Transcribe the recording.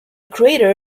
crater